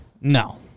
No